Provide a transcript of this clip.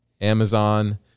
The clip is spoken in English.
Amazon